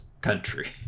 country